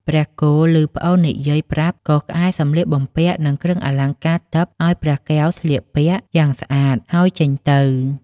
ព្រះគោឮប្អូននិយាយប្រាប់ក៏ក្អែសម្លៀកបំពាក់ និងគ្រឿងអលង្ការទិព្វឲ្យព្រះកែវស្លៀកពាក់យ៉ាងស្អាត ហើយចេញទៅ។